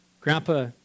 Grandpa